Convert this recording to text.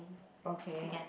okay